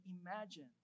imagine